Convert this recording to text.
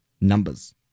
Numbers